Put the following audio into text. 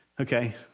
Okay